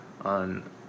on